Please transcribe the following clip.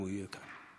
אם הוא יהיה כאן.